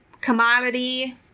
commodity